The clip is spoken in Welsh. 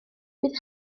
bydd